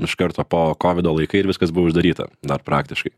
iš karto po kovido laikai ir viskas buvo uždaryta dar praktiškai